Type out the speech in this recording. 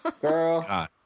Girl